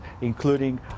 including